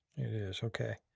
is okay.